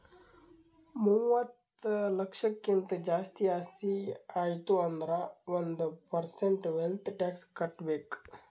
ಮೂವತ್ತ ಲಕ್ಷಕ್ಕಿಂತ್ ಜಾಸ್ತಿ ಆಸ್ತಿ ಆಯ್ತು ಅಂದುರ್ ಒಂದ್ ಪರ್ಸೆಂಟ್ ವೆಲ್ತ್ ಟ್ಯಾಕ್ಸ್ ಕಟ್ಬೇಕ್